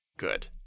good